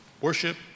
worship